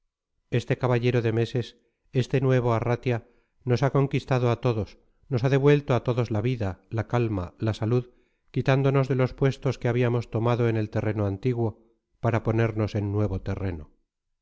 este caballero de meses este nuevo arratia nos ha conquistado a todos nos ha devuelto a todos la vida la calma la salud quitándonos de los puestos que habíamos tomado en el terreno antiguo para ponernos en nuevo terreno